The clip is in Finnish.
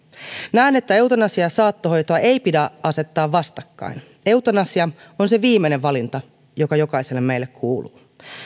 näen että eutanasiaa ja saattohoitoa ei pidä asettaa vastakkain eutanasia on se viimeinen valinta joka jokaiselle meille kuuluu